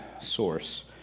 source